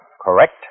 correct